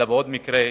אלא בעוד מקרה,